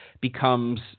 becomes